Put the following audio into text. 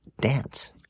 dance